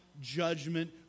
judgment